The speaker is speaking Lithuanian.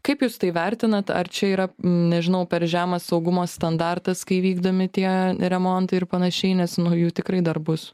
kaip jūs tai vertinat ar čia yra nežinau per žemas saugumo standartas kai vykdomi tie remontai ir panašiai nes nu jų tikrai dar bus